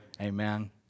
Amen